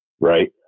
Right